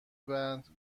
بعد